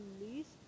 least